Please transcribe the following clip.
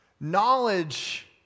knowledge